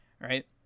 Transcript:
right